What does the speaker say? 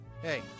Hey